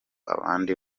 abandi